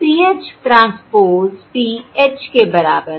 PH transpose PH के बराबर है